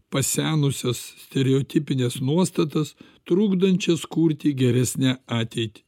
pasenusias stereotipines nuostatas trukdančias kurti geresnę ateitį